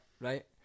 right